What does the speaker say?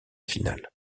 finale